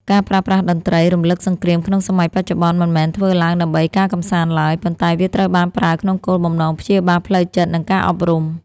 ការប្រើប្រាស់តន្ត្រីរំលឹកសង្គ្រាមក្នុងសម័យបច្ចុប្បន្ន មិនមែនធ្វើឡើងដើម្បីការកម្សាន្តឡើយ ប៉ុន្តែវាត្រូវបានប្រើក្នុងគោលបំណងព្យាបាលផ្លូវចិត្ត និងការអប់រំ។